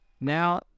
now